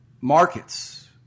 markets